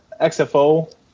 XFO